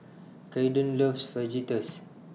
Kaiden loves Fajitas